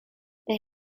they